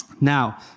Now